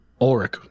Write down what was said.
Ulrich